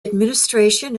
administration